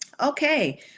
Okay